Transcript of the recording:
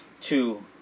two